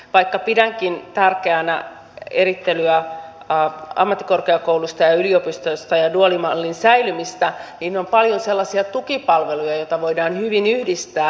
vaikka pidänkin tärkeänä erittelyä ammattikorkeakouluihin ja yliopistoihin ja dual mallin säilymistä niin on paljon sellaisia tukipalveluja joita voidaan hyvin yhdistää